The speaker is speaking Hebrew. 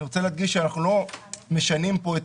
אני רוצה להדגיש שאנחנו לא משנים פה את